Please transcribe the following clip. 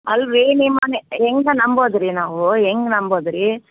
ಅಲ್ಲರಿ ನಿಮ್ಮನೆ ಹೆಂಗ ನಂಬೊದು ರೀ ನಾವು ಹೆಂಗ್ ನಂಬೊದು ರೀ